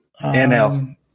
NL